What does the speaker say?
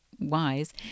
wise